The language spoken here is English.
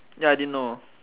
ya I didn't know